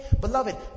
Beloved